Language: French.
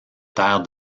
terre